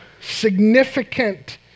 significant